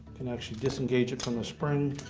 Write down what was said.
and actually disengage it from the spring.